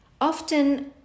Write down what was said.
often